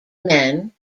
men